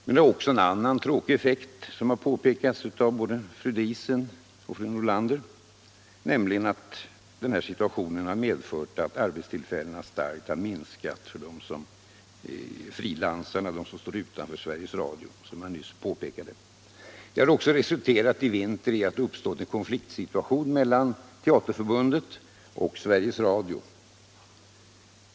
Men det har också en annan tråkig effekt, som har påpekats av både fru Diesen och fru Nordlander, nämligen att antalet arbetstillfällen har minskat kraftigt för frilansarna, för dem som står utanför Sveriges Radio. Det har också resulterat i att det i vinter har uppstått en konfliktsituation mellan Teaterförbundet och Sveriges Radio.